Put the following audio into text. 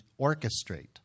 orchestrate